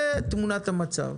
זה תמונת המצב.